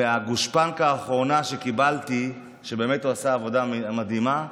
הגושפנקה האחרונה שקיבלתי שבאמת הוא עשה עבודה מדהימה,